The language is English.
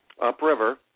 upriver